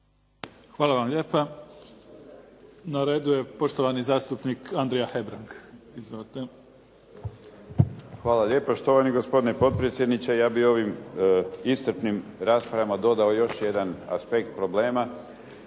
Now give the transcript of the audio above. Hvala vam lijepa. Na redu je poštovani zastupnik Andrija Hebrang. Izvolite. **Hebrang, Andrija (HDZ)** Hvala lijepo. Štovani gospodine potpredsjedniče. Ja bih ovim iscrpnim raspravama dodao još jedan aspekt problema,